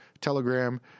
Telegram